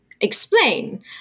explain